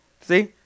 See